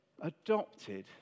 adopted